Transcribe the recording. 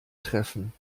treffen